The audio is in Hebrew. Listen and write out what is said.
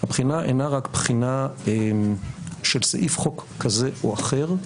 הבחינה אינה רק בחינה של סעיף חוק כזה או אחר,